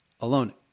alone